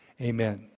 Amen